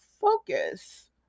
focus